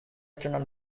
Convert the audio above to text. external